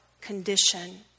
condition